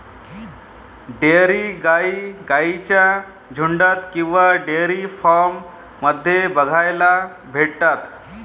dairy गाई गाईंच्या झुन्डात किंवा डेयरी फार्म मध्ये बघायला भेटतात